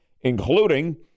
including